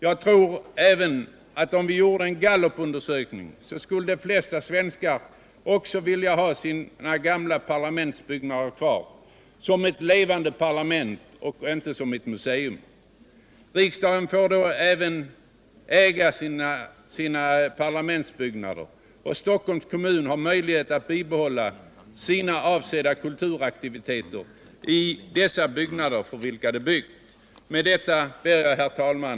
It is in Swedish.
Jag tror även att om vi gjorde en gallupundersökning skulle de flesta svenskar vilja ha sin gamla parlamentsbyggnad kvar som ett levande parlament och inte som et muscum. Riksdagen får då även äga sina parlamentsbyggnader och Stockholms kommun har möjlighet att bibehålla sina avsedda kulturaktiviteter i de byggnader för vilka de uppförts. Herr talman!